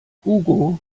hugo